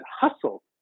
hustle